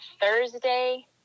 Thursday